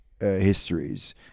histories